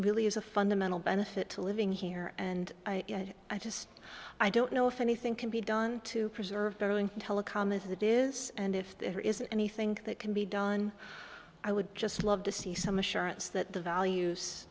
really is a fundamental benefit to living here and i just i don't know if anything can be done to preserve battling telecom of that is and if there is anything that can be done i would just love to see some assurance that the values